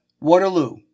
Waterloo